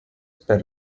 per